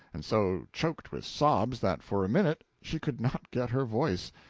and so choked with sobs that for a minute she could not get her voice.